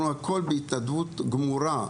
הכל בהתנדבות גמורה.